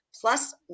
plus